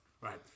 Right